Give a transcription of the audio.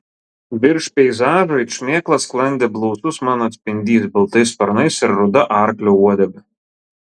virš peizažo it šmėkla sklandė blausus mano atspindys baltais sparnais ir ruda arklio uodega